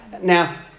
Now